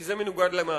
כי זה מנוגד למצפוני,